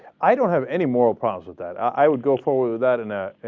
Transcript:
i don't have anymore posit that i i would go for that and ah.